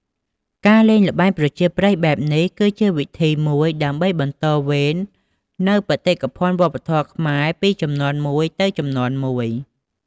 ការលេងល្បែងប្រជាប្រិយបែបនេះ គឺជាវិធីមួយដើម្បីបន្តវេននូវបេតិកភណ្ឌវប្បធម៌ខ្មែរពីជំនាន់មួយទៅជំនាន់មួយ។